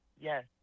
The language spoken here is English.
yes